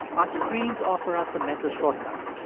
ah screens offer us a mental shortcut.